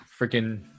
freaking